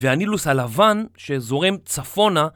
והנילוס הלבן שזורם צפונה